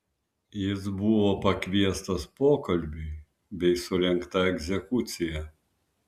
jis buvo pakviestas pokalbiui bei surengta egzekucija